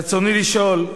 רצוני לשאול: